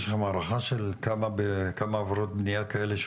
יש לכם הערכה של כמה עבירות בנייה כאלה,